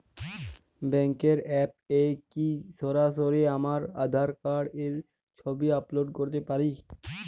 ব্যাংকের অ্যাপ এ কি সরাসরি আমার আঁধার কার্ড র ছবি আপলোড করতে পারি?